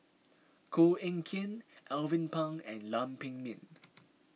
Koh Eng Kian Alvin Pang and Lam Pin Min